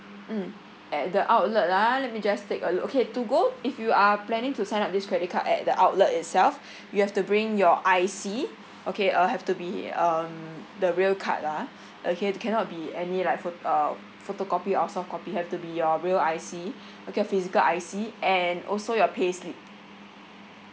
mm at the outlet ah let me just take a look okay to go if you are planning to sign up this credit card at the outlet itself you have to bring your I_C okay uh have to be um the real card ah okay cannot be any like phot~ um photocopy or soft copy have to be your real I_C okay physical I_C and also your payslip